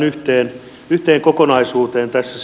oikeastaan yhteen kokonaisuuteen tässä